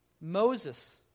Moses